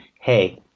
hey